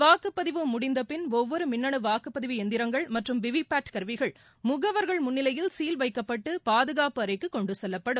வாக்குப்பதிவு முடிந்த பின் ஒவ்வொரு மின்னணு வாக்குப்பதிவு எந்திரங்கள் மற்றும் வி வி பேட் கருவிகள் முகவர்கள் முன்னிலையில் சீல் வைக்கப்பட்டு பாதுகாப்பு அறைக்கு கொண்டு செல்லப்படும்